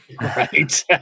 Right